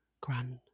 Grand